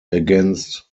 against